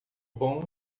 bom